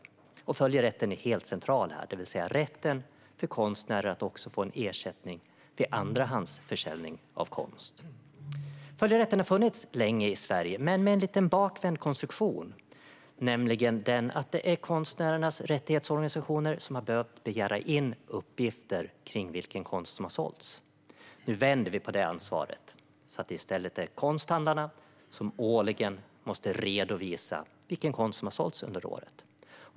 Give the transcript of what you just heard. Här är följerätten, det vill säga rätten för konstnärer att också få ersättning vid andrahandsförsäljning av konst, helt central. Följerätten har funnits länge i Sverige, men med en lite bakvänd konstruktion. Det är nämligen konstnärernas rättighetsorganisationer som har behövt begära in uppgifter kring vilken konst som har sålts. Nu vänder vi på det ansvaret så att det i stället är konsthandlarna som årligen måste redovisa vilken konst som har sålts under året.